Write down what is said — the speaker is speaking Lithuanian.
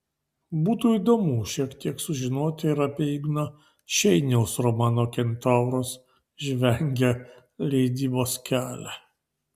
būtų įdomu šiek tiek sužinoti ir apie igno šeiniaus romano kentauras žvengia leidybos kelią